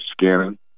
scanning